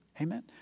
Amen